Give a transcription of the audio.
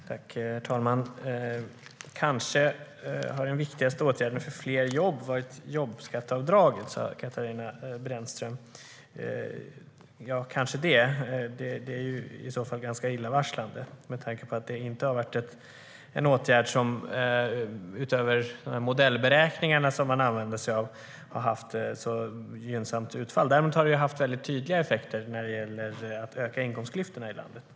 Herr talman! Kanske har den viktigaste åtgärden för fler jobb varit jobbskatteavdraget, sa Katarina Brännström. Ja, kanske det. Det är i så fall ganska illavarslande med tanke på att det inte har varit en åtgärd som, utöver modellberäkningarna man använde sig av, har haft ett så gynnsamt utfall. Däremot har det haft tydliga effekter när det gäller att öka inkomstklyftorna i landet.